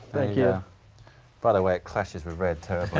yeah. by the way classes, we read to